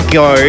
go